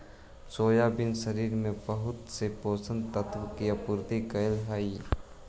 soybean शरीर में बहुत से पोषक तत्वों की आपूर्ति करअ हई